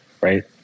right